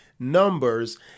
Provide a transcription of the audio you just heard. Numbers